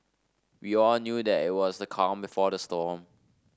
we all knew that it was the calm before the storm